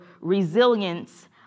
resilience